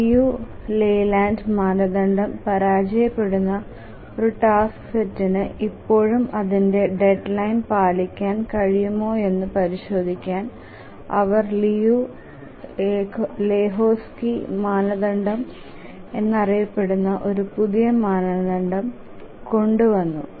Liu Layland മാനദണ്ഡം പരാജയപ്പെടുന്ന ഒരു ടാസ്ക് സെറ്റിന് ഇപ്പോഴും അതിന്റെ ഡെഡ്ലൈൻ പാലിക്കാൻ കഴിയുമോയെന്ന് പരിശോധിക്കാൻ അവർ ലിയു ലെഹോസ്കി മാനദണ്ഡം എന്നറിയപ്പെടുന്ന ഒരു പുതിയ മാനദണ്ഡം കൊണ്ടുവന്നു